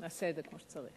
נעשה את זה כמו שצריך.